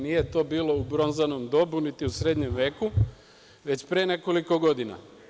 Nije to bilo u bronzanom dobu, niti u srednjem veku, već pre nekoliko godina.